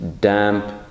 damp